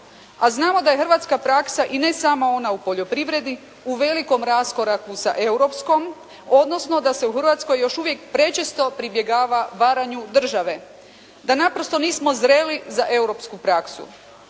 A znamo da je hrvatska praksa i ne samo ona u poljoprivredi u velikom raskoraku sa europskom, odnosno da se u Hrvatskoj još uvijek prečesto pribjegava varanju države. Da naprosto nismo zreli za europsku praksu.